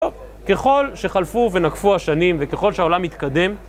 טוב, ככל שחלפו ונקפו השנים וככל שהעולם מתקדם